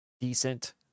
decent